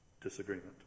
disagreement